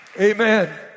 Amen